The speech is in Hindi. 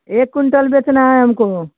एक कुंटल बेचना है हमको